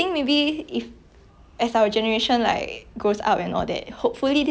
apparent like 不会有这样多这种 comment you know like orh 你